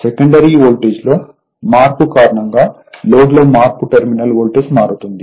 సెకండరీవోల్టేజ్లో మార్పు కారణంగా లోడ్లో మార్పుతో టెర్మినల్ వోల్టేజ్ మారుతుంది